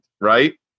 right